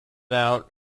out